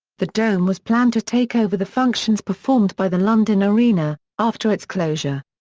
the dome was planned to take over the functions performed by the london arena, after its closure.